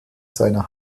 seiner